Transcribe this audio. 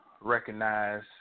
recognize